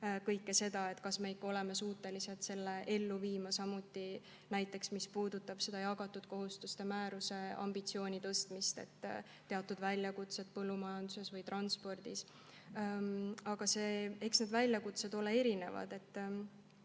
kõike seda – kas me ikka oleme suutelised seda ellu viima? Samuti näiteks see, mis puudutab jagatud kohustuste määruse ambitsiooni suurendamist, teatud väljakutseid põllumajanduses ja transpordis. Eks väljakutsed ole erinevad.